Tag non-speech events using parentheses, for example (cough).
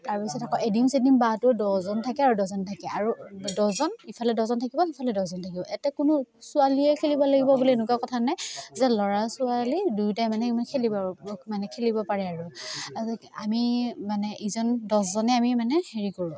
তাৰ পিছত আকৌ এডিম চেডিম বাটো দহজন থাকে আৰু দহজন থাকে আৰু দহজন ইফালে দহজন থাকিব সিফালে দহজন থাকিব ইয়াতে কোনো ছোৱালীয়ে খেলিব লাগিব বুলি এনেকুৱা কথা নাই যে ল'ৰা ছোৱালী দুয়োটাই মানে খেলিব মানে খেলিব পাৰে আৰু (unintelligible) আমি মানে ইজন দহজনে আমি মানে হেৰি কৰোঁ